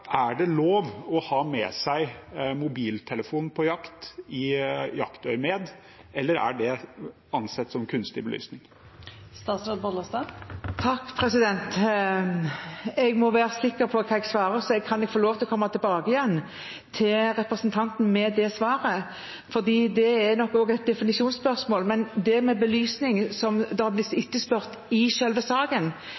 er skrevet i dag, er det lov å ha med seg mobiltelefon på jakt i jaktøyemed, eller er det ansett som kunstig belysning? Jeg må være sikker i mitt svar, så kan jeg få lov til å komme tilbake til representanten Sandtrøen med svaret på det? Dette er nok også et definisjonsspørsmål. Men når det gjelder det med belysning som blir